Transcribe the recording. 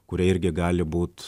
kurie irgi gali būt